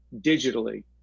digitally